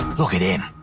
look it in.